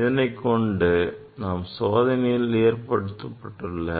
இதனைக் கொண்டு நாம் சோதனையில் ஏற்படுத்தப்பட்டுள்ள